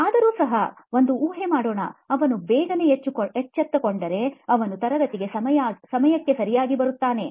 ಆದರೂ ಸಹ ಒಂದು ಊಹೆ ಮಾಡೋಣ ಅವನು ಬೇಗನೆ ಎಚ್ಚರಗೊಂಡರೆ ಅವನು ತರಗತಿಗೆ ಸಮಯಕ್ಕೆ ಸರಿಯಾಗಿ ಬರುತ್ತಾನೆ